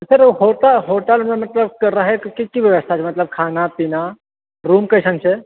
sir ओ hotel मे मतलब रहै के की की व्यवस्था छै मतलब खाना पीना रूम कइसन छै